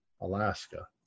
Alaska